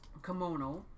Kimono